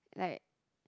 like